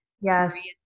Yes